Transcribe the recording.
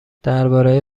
درباره